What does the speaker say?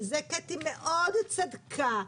וזה קטי מאוד צדקה.